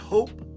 Hope